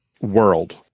world